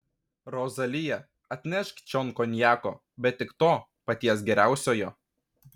rozalija atnešk čion konjako bet tik to paties geriausiojo